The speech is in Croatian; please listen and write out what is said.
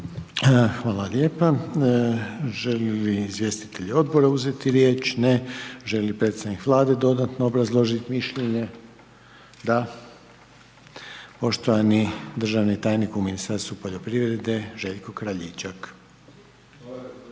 Hvala lijepa. Želi li izvjestitelj Odbora uzeti riječ? Ne. Želi li predstavnik Vlade dodatno obrazložiti mišljenje? Da. Poštovani državni tajnik u Ministarstvu poljoprivrede, Željko Kraljičak.